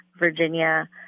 Virginia